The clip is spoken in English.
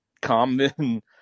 common